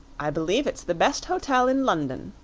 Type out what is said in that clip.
i believe it's the best hotel in london,